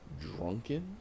Drunken